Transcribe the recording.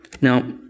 Now